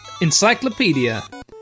encyclopedia